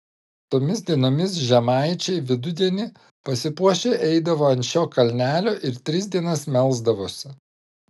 tomis dienomis žemaičiai vidudienį pasipuošę eidavo ant šio kalnelio ir tris dienas melsdavosi